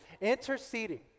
Interceding